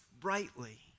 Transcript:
brightly